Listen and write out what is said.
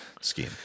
scheme